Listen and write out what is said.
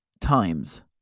times